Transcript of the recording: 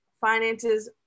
finances